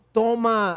toma